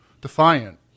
defiant